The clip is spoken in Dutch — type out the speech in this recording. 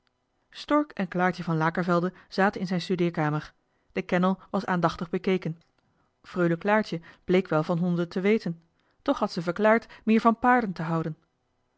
stork en claartje van lakervelde zaten in zijn studeerkamer de kennel was aandachtig bekeken freule claartje bleek wel van honden te weten toch had ze verklaard meer van paarden te houden